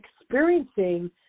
experiencing